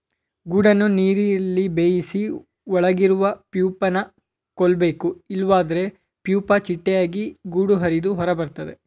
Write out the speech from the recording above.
ಗೂಡನ್ನು ನೀರಲ್ಲಿ ಬೇಯಿಸಿ ಒಳಗಿರುವ ಪ್ಯೂಪನ ಕೊಲ್ಬೇಕು ಇಲ್ವಾದ್ರೆ ಪ್ಯೂಪ ಚಿಟ್ಟೆಯಾಗಿ ಗೂಡು ಹರಿದು ಹೊರಬರ್ತದೆ